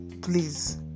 please